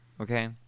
Okay